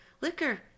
liquor